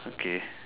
okay